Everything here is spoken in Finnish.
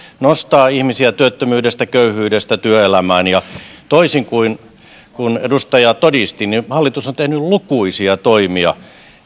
nostaa ihmisiä työttömyydestä köyhyydestä työelämään toisin kuin edustaja todisti hallitus on tehnyt lukuisia toimia